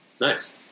Nice